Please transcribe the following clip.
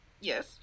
yes